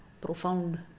Profound